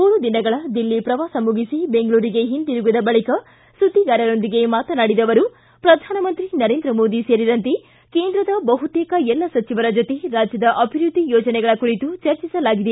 ಮೂರು ದಿನಗಳ ದಿಲ್ಲಿ ಪ್ರವಾಸ ಮುಗಿಸಿ ಬೆಂಗಳೂರಿಗೆ ಒಂದಿರುಗಿದ ಬಳಿಕ ಸುದ್ದಿಗಾರರೊಂದಿಗೆ ಮಾತನಾಡಿದ ಅವರು ಪ್ರಧಾನಮಂತ್ರಿ ನರೇಂದ್ರ ಮೋದಿ ಸೇರಿದಂತೆ ಕೇಂದ್ರದ ಬಹುತೇಕ ಎಲ್ಲ ಸಚಿವರ ಜೊತೆ ರಾಜ್ಜದ ಅಭಿವ್ವದ್ದಿ ಯೋಜನೆಗಳ ಕುರಿತು ಚರ್ಚಿಸಲಾಗಿದೆ